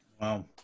Wow